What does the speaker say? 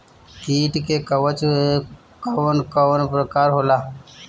कीट के कवन कवन प्रकार होला?